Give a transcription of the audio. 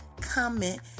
comment